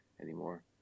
anymore